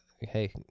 hey